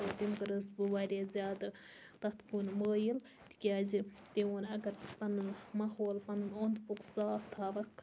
تہٕ تٔمۍ کٔرٕس بہٕ واریاہ زیادٕ تتھ کُن مٲیِل تکیازِ تٔمۍ ووٚن اگر ژٕ پَنُن ماحول پَنُن اوٚند پوٚکھ صاف تھاوَکھ